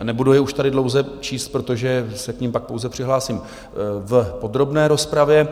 Nebudu je už tady dlouze číst, protože se k nim pak pouze přihlásím v podrobné rozpravě.